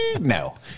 no